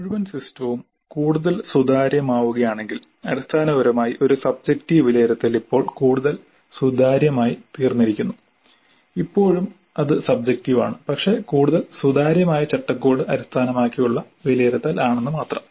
മുഴുവൻ സിസ്റ്റവും കൂടുതൽ സുതാര്യമാവുകയാണെങ്കിൽ അടിസ്ഥാനപരമായി ഒരു സബ്ജെക്റ്റീവ് വിലയിരുത്തൽ ഇപ്പോൾ കൂടുതൽ സുതാര്യമായിത്തീർന്നിരിക്കുന്നു ഇപ്പോഴും അത് സബ്ജെക്റ്റീവാണ് പക്ഷേ കൂടുതൽ സുതാര്യമായ ചട്ടക്കൂട് അടിസ്ഥാനമാക്കിയുള്ള വിലയിരുത്തൽ ആണെന് മാത്രം